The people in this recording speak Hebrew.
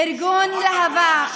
בארגוני מחתרת אלימה.